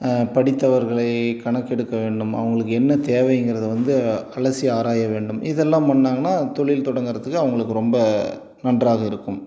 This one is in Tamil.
படித்தவர்களை கணக்கெடுக்க வேண்டும் அவங்களுக்கு என்ன தேவைங்கிறதை வந்து அலசி ஆராய வேண்டும் இதெல்லாம் பண்ணாங்கன்னா தொழில் தொடங்கறதுக்கு அவங்களுக்கு ரொம்ப நன்றாக இருக்கும்